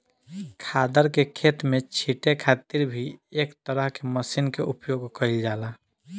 खादर के खेत में छींटे खातिर भी एक तरह के मशीन के उपयोग कईल जाला